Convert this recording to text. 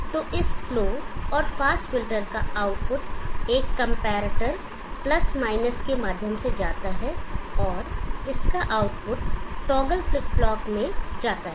तो इस स्लो और फास्ट फ़िल्टर का आउटपुट एक कंपैरेटर के माध्यम से जाता है और इसका आउटपुट टॉगल फ्लिप फ्लॉप में जाता है